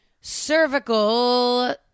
Cervical